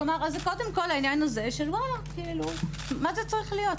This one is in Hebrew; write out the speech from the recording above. כלומר, קודם כול, מה זה צריך להיות?